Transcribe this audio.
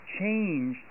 change